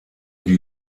die